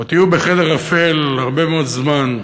או תהיו בחדר אפל הרבה מאוד זמן,